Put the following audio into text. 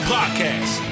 Podcast